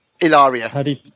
Ilaria